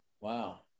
Wow